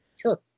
sure